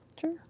Sure